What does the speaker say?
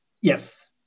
Yes